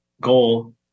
goal